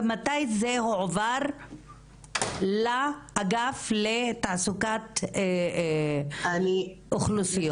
ומתי זה הועבר לאגף לתעסוקת אוכלוסיות.